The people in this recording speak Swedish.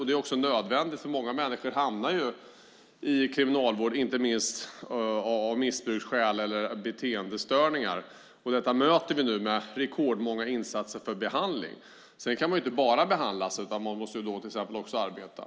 Det är också nödvändigt, för många människor hamnar i kriminalvård på grund av missbruk eller beteendestörningar. Detta möter vi nu med rekordmånga insatser för behandling. Men man kan inte bara behandlas, utan måste till exempel också arbeta.